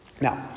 Now